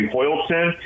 Hoyleton